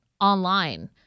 online